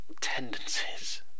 tendencies